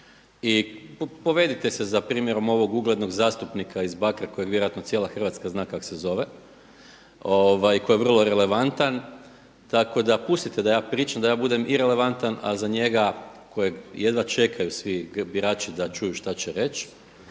i povedite se za primjerom ovog uglednog zastupnika iz Bakra kojeg vjerojatno cijela Hrvatska zna kako se zove, koje je vrlo relevantan tako da pustite da ja pričam, da ja budem i relevantan a za njega kojeg jedva čekaju svi birači da čuju šta će reći